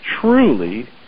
truly